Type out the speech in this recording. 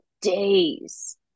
days